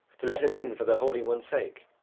to let him in for the holy one's sake.